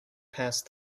past